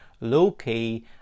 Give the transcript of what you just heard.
low-key